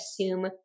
assume